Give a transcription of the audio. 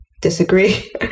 Disagree